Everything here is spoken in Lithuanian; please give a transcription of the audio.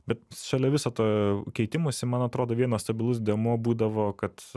bet šalia viso to keitimosi man atrodo vienas stabilus dėmuo būdavo kad